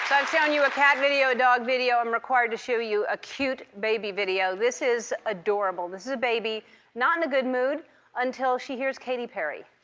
shown you a cat video, a dog video. i'm required to show you a cute baby video. this is adorable. this is a baby not in a good mood until she hears katy perry.